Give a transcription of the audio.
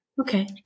Okay